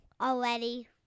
already